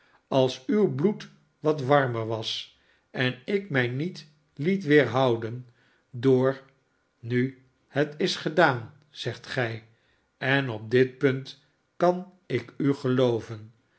als uw bloed wat warmer was en ik mij niet liet weerhouden door nu het is gedaan zegt gij en op dit punt kan ik u gelooven